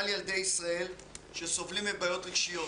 ילדי ישראל שסובלים מבעיות רגשיות.